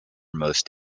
most